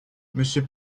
monsieur